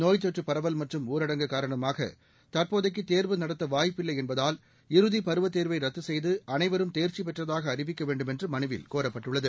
நோய் தொற்று பரவல் மற்றும் ஊரடங்கு காரணமாக தற்போதைக்கு தேர்வு நடத்த வாய்ப்பு இல்லை என்பதால் இறுதி பருவத் தேர்வை ரத்து செய்து அனைவரும் தேர்ச்சி பெற்றதாக அறிவிக்க வேண்டுமென்று மனுவில் கோரப்பட்டுள்ளது